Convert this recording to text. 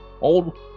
old